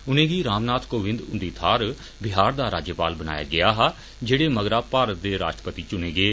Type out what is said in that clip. उनेंगी रामनाथ काविंद हुंदी थाहर बिहार दा राज्यपाल बनाया गेआ हा जेह्डे मगरा भारत दे राश्ट्रपति चुने गे